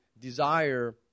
desire